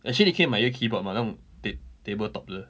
actually 你可以买一个 keyboard mah 那种 ta~ table top 的